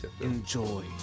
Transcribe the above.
Enjoy